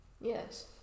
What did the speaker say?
Yes